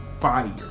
fire